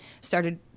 started